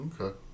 Okay